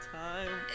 time